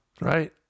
Right